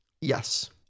yes